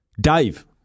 Dave